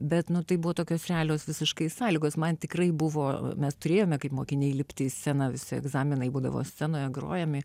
bet nu tai buvo tokios realios visiškai sąlygos man tikrai buvo mes turėjome kaip mokiniai lipti į sceną visi egzaminai būdavo scenoje grojame